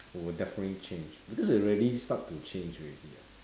will definitely change because it already start to change already ah